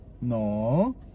no